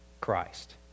Christ